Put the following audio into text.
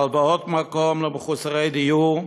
הלוואות מקום למחוסרי דיור,